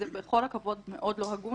עם כל הכבוד זה מאוד לא הגון,